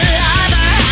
lover